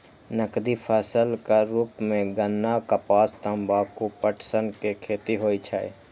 नकदी फसलक रूप मे गन्ना, कपास, तंबाकू, पटसन के खेती होइ छै